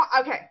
okay